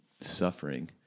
suffering